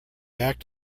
act